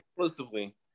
exclusively